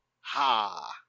Ha